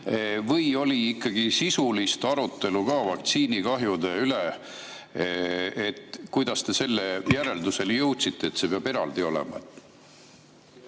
Või oli ikkagi sisulist arutelu ka vaktsiinikahjude üle? Kuidas te selle järelduseni jõudsite, et see peab eraldi olema?